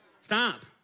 Stop